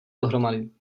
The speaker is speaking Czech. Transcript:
dohromady